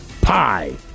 Pie